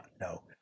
no